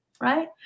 Right